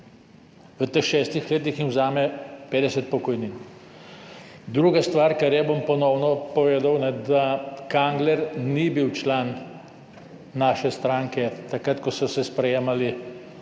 V teh šestih letih jim vzame 50 pokojnin. Druga stvar, kar je, bom ponovno povedal, da Kangler ni bil član naše stranke takrat, ko so se sprejemali